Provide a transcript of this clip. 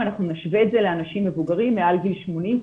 אם נשווה את זה לאנשים מבוגרים מעל גיל 80,